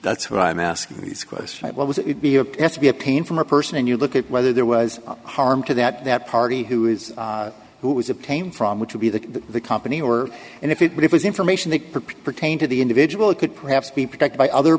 that's what i'm asking this question what was it would be a s to be a pain from a person and you look at whether there was harm to that party who is who was obtained from which would be the the company or and if it was information that pertain to the individual it could perhaps be protected by other